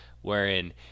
wherein